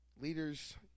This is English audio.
leaders